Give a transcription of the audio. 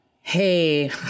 hey